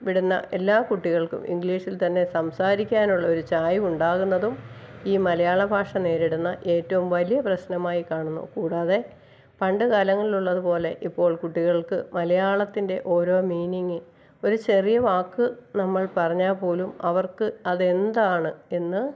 വിടുന്ന എല്ലാ കുട്ടികൾക്കും ഇംഗ്ലീഷിൽത്തന്നെ സംസാരിക്കാനുള്ളൊരു ചായിവുണ്ടാകുന്നതും ഈ മലയാള ഭാഷ നേരിടുന്ന ഏറ്റവും വലിയ പ്രശ്നമായി കാണുന്നു കൂടാതെ പണ്ട് കാലങ്ങളിലുള്ളതു പോലെ ഇപ്പോൾ കുട്ടികൾക്ക് മലയാളത്തിൻ്റെ ഓരോ മീനിംഗ് ഒരു ചെറിയ വാക്ക് നമ്മൾ പറഞ്ഞാൽപ്പോലും അവർക്ക് അതെന്താണ് എന്ന്